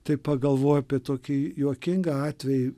taip pagalvojau apie tokį juokingą atvejį